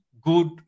good